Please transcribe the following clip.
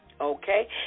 okay